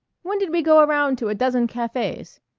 when did we go around to a dozen cafes?